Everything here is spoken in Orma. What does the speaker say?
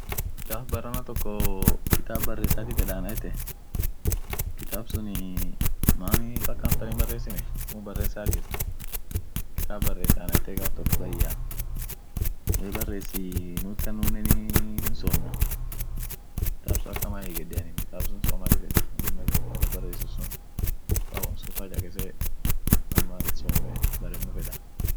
Pakistan ninii adum ishia kabd ishineni won dini tan lila fan jirti dinini dini ishia gudion isilamua amine dumi familit won muhimu hamtua won familia lila maana kaskeeti aminen inama gugurdaf ilman charakonen inama gugurda hiheshimtu yedeni won sunif dumii akama woni dura getei dum dinia won gudion dinia amine won oruane lila fanjirt